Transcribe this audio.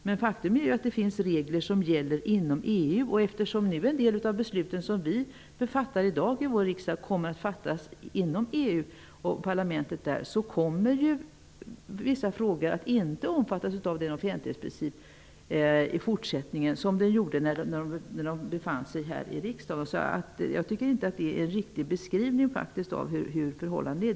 Men faktum är att det finns regler som gäller inom EU, och eftersom en del av besluten som vi fattar i riksdagen i dag kommer att fattas inom EU och parlamentet där, kommer vissa frågor att inte omfattas av offentlighetsprincipen i fortsättningen. Det är inte en riktig beskrivning av förhållandena som har gjorts.